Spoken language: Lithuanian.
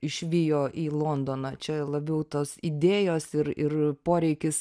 išvijo į londoną čia labiau tos idėjos ir ir poreikis